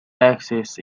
axis